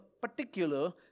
particular